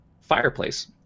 fireplace